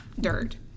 dirt